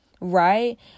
Right